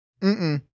Mm-mm